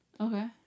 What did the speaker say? Okay